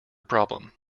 problem